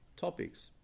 topics